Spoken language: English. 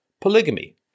polygamy